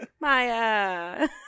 Maya